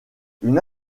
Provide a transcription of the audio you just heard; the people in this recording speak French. une